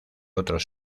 otros